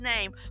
name